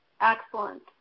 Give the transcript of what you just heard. Excellent